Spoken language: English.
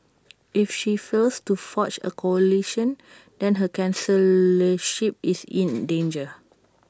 if she fails to forge A coalition then her chancellorship is in danger